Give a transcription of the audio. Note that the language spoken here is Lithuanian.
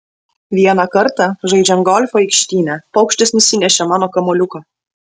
vieną kartą žaidžiant golfą aikštyne paukštis nusinešė mano kamuoliuką